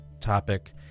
topic